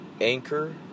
Anchor